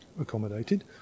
accommodated